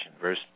Verse